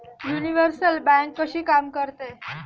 Universal bank कशी काम करते?